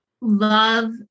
love